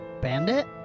Bandit